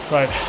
Right